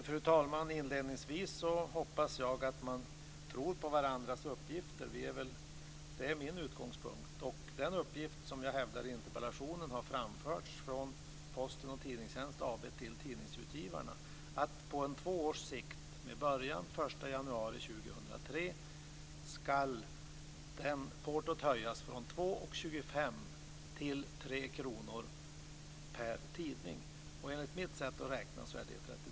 Fru talman! Inledningsvis hoppas jag att man tror på varandras uppgifter. Det är min utgångspunkt. Den uppgift som jag hävdar i interpellationen har framförts från Postens bolag Tidningstjänst AB till tidningsutgivarna, dvs. att på två års sikt, med början den 1 januari 2003, ska portot höjas från 2:25 kr till 3 kr per tidning. Enligt mitt sätt att räkna är det 33 %.